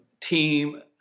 team